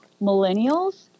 millennials